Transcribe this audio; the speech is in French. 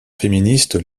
féministes